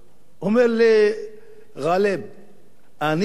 כשאני יוצא מהבית בחורפיש, אני נפרד מהמשפחה שלי.